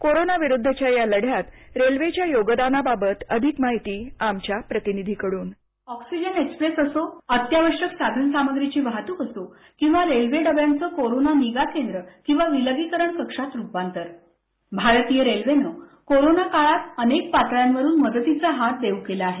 corona विरुद्धच्या या लढ्यात रेल्वेच्या योगदानाबाबत अधिक माहिती आमच्या प्रतिनिधीकडून ऑक्सिजन एक्सप्रेस असो अत्यावश्यक साधन सामग्रीची वाहतूक असो किवा रेल्वे डब्यांचं कोरोना निगा केंद्र किवा विलगीकरण कक्षात रुपांतरभारतीय रेल्वेनं कोरोना काळात अनेक पातळ्यांवरून मदतीचा हात दिला आहे